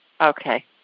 Okay